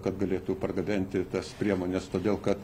kad galėtų pargabenti tas priemones todėl kad